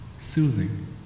soothing